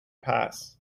pass